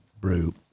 brew